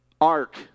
Ark